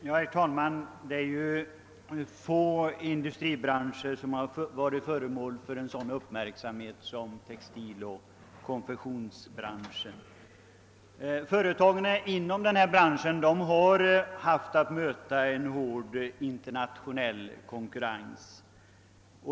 Herr talman! Det är få industribranscher som varit föremål för en sådan uppmärksamhet som textiloch konfektionsindustrin. Företagen inom denna bransch har mött en hård internationell konkurrens.